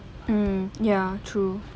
um ya true